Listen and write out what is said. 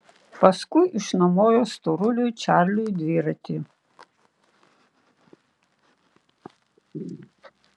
paskui išnuomojo storuliui čarliui dviratį